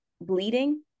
bleeding